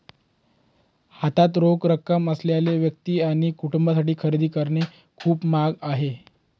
हातात रोख रक्कम असलेल्या व्यक्ती आणि कुटुंबांसाठी खरेदी करणे खूप महाग आहे